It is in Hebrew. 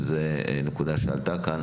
שזאת נקודה שעלתה כאן.